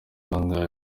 bangahe